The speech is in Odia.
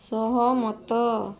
ସହମତ